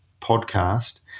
podcast